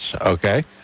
okay